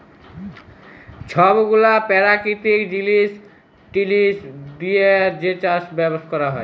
ছব গুলা পেরাকিতিক জিলিস টিলিস দিঁয়ে যে চাষ বাস ক্যরে